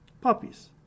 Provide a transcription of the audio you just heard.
Puppies